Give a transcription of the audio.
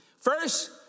first